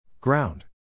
Ground